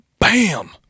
bam